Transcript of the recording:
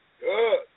good